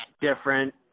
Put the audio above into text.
different